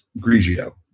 Grigio